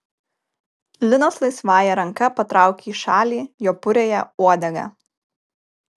linas laisvąja ranka patraukia į šalį jo puriąją uodegą